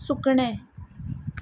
सुकणें